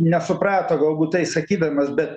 nesuprato galbūt tai sakydamas bet